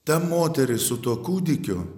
ta moteris su tuo kūdikiu